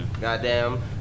Goddamn